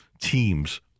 teams